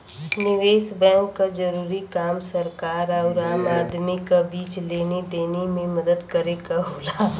निवेस बैंक क जरूरी काम सरकार आउर आम आदमी क बीच लेनी देनी में मदद करे क होला